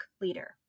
leader